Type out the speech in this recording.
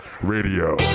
radio